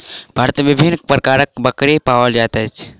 भारत मे विभिन्न प्रकारक बकरी पाओल जाइत छै